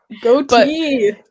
goatee